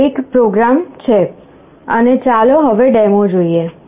આ પ્રોગ્રામ છે અને ચાલો હવે ડેમો જોઈએ